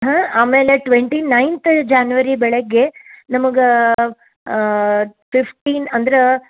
ಹಾಂ ಆಮೇಲೆ twenty ninth January ಬೆಳಿಗ್ಗೆ ನಮಗೆ ಫಿಫ್ಟೀನ್ ಅಂದ್ರೆ